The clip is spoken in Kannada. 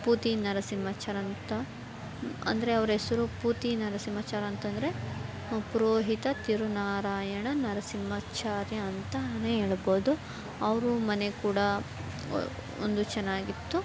ಪು ತಿ ನರಸಿಂಹಾಚಾರ್ ಅಂತ ಅಂದರೆ ಅವ್ರ ಹೆಸ್ರು ಪು ತಿ ನರಸಿಂಹಾಚಾರ್ ಅಂತ ಅಂದ್ರೆ ಪುರೋಹಿತ ತಿರುನಾರಾಯಣ ನರಸಿಂಹಾಚಾರ್ಯ ಅಂತಲೇ ಹೇಳ್ಬೋದು ಅವ್ರ ಮನೆ ಕೂಡ ಒಂದು ಚೆನ್ನಾಗಿತ್ತು